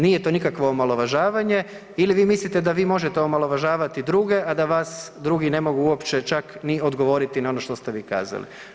Nije to nikakvo omalovažavanje ili vi mislite da vi možete omalovažavati druge, a da vas drugi ne mogu uopće čak ni odgovoriti na ono što ste vi kazali.